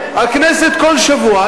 הכנסת כל שבוע,